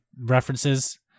references